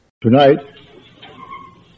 Tonight